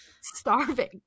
starving